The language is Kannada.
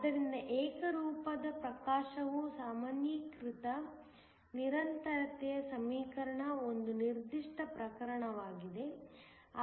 ಆದ್ದರಿಂದ ಏಕರೂಪದ ಪ್ರಕಾಶವು ಸಾಮಾನ್ಯೀಕೃತ ನಿರಂತರತೆಯ ಸಮೀಕರಣದ ಒಂದು ನಿರ್ದಿಷ್ಟ ಪ್ರಕರಣವಾಗಿದೆ